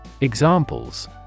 Examples